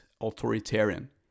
authoritarian